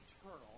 eternal